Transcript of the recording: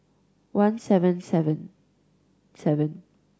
one seven seven seven